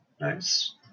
nice